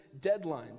deadlines